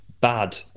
bad